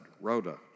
Rhoda